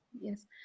Yes